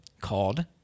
called